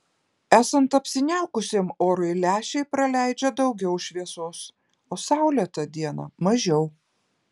esant apsiniaukusiam orui lęšiai praleidžia daugiau šviesos o saulėtą dieną mažiau